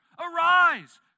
Arise